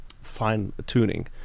fine-tuning